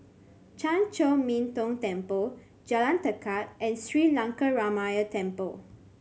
Chan Chor Min Tong Temple Jalan Tekad and Sri Lankaramaya Temple